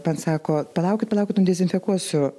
man sako palaukit palaukit nudezinfekuosiu